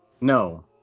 No